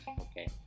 okay